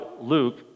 Luke